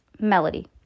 Melody